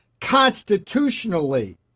constitutionally